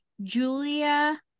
Julia